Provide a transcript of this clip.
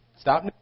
Stop